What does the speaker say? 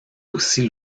aussi